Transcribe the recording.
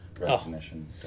recognition